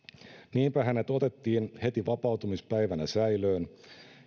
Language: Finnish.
niinpä hänet otettiin heti vapautumispäivänä säilöön